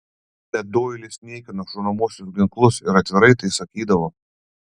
bet doilis niekino šaunamuosius ginklus ir atvirai tai sakydavo